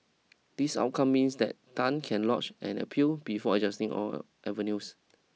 this outcome means that Tan can lodge an appeal before adjusting all avenues